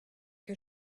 que